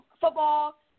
football